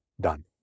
done